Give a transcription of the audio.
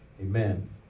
Amen